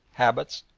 habits,